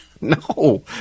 No